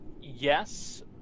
yes